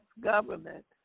government